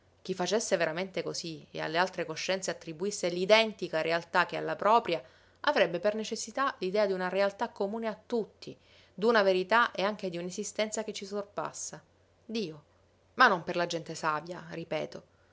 chi facesse veramente cosí e alle altre coscienze attribuisse l'identica realtà che alla propria avrebbe per necessità l'idea d'una realtà comune a tutti d'una verità e anche di un'esistenza che ci sorpassa dio ma non per la gente savia ripeto